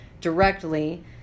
directly